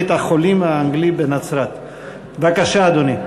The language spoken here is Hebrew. בבקשה, אדוני.